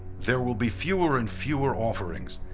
there will be fewer and fewer offerings,